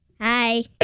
Hi